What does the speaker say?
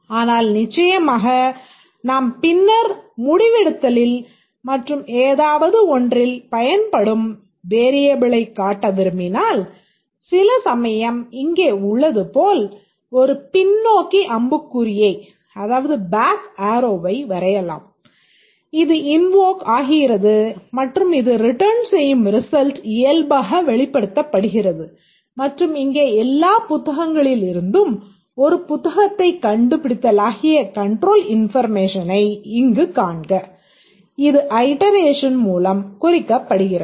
ஆனால் நிச்சயமாக நாம் பின்னர் முடிவெடுத்தலில் மற்றும் ஏதாவது ஒன்றில் பயன்படும் வேரியபிளைக் காட்ட விரும்பினால் சில சமயம் இங்கே உள்ளது போல் ஒரு பின்னோக்கி அம்புக்குறியை மூலம் குறிப்பிடப்படுகிறது